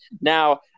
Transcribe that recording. Now